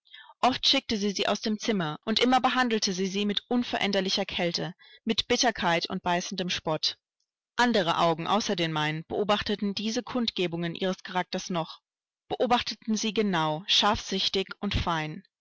oft schickte sie sie aus dem zimmer und immer behandelte sie sie mit unveränderlicher kälte mit bitterkeit und beißendem spott andere augen außer den meinen beobachteten diese kundgebungen ihres charakters noch beobachteten sie genau scharfsichtig und fein